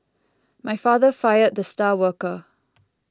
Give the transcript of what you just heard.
my father fired the star worker